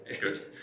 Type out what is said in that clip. good